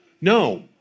no